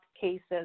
cases